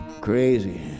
Crazy